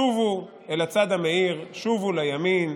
שובו אל הצד המאיר, שובו לימין,